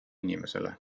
inimesele